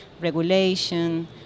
regulation